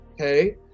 Okay